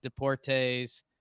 deportes